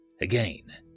Again